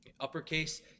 Uppercase